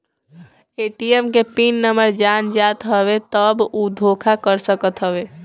ATM के pin number जान जात हवे तब उ धोखा कर सकत हवे